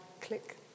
click